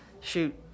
Shoot